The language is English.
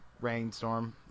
rainstorm